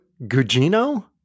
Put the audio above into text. Gugino